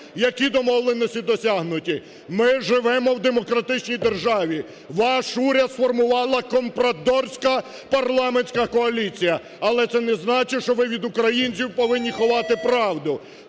які домовленості досягнуті. Ми живемо в демократичній державі, ваш уряд сформувала компрадорська парламентська коаліція, але це не значить, що ви від українців повинні ховати правду.